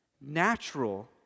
natural